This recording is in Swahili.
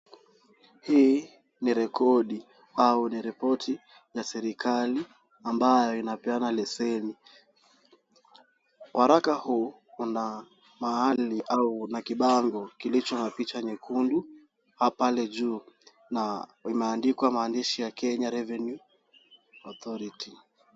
Hii ni rekodi au ni ripoti ya serikali ambayo inapeana leseni. Waraka huu una mahali au una kibango kilicho na picha nyekundu hapa juu, na imeandikwa maandishi ya Kenya Revenue Authority .